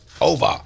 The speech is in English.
over